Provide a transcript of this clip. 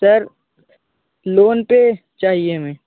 sir loan पर चाहिए हमें